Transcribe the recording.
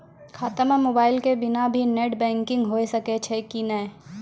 खाता म मोबाइल के बिना भी नेट बैंकिग होय सकैय छै कि नै?